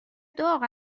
داغ